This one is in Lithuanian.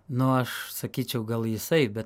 nu aš sakyčiau gal jisai bet